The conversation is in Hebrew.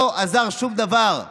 לא עזר שום דבר.